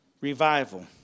Revival